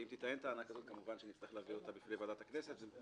ואם תיטען טענה כזו כמובן שנצטרך להביא אותה בפני ועדת הכנסת.